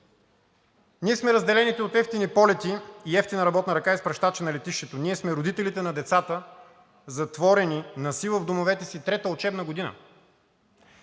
Ние сме разделените от евтини полети и евтина работна ръка изпращачи на летището. Ние сме родителите на децата, затворени насила в домовете си трета учебна година,